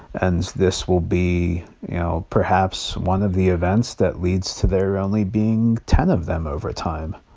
and this will be you know, perhaps, one of the events that leads to there only being ten of them over time.